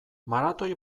maratoi